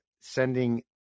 sending